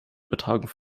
übertragung